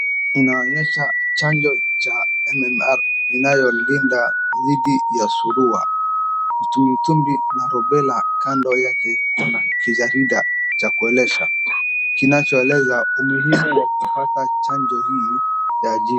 Inaonyesha chanjo cha MMR inayolinda dhidi ya surua, matumbwi tumbwi na rubela, kando yake kuna kijarida cha kueleza kinachoeleza umuhimu wa kupata chanjo hii ya ...